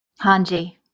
Hanji